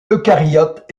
eucaryotes